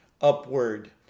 upward